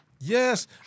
yes